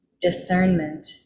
discernment